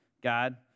God